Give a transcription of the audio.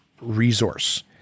resource